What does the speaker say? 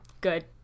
Good